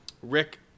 Rick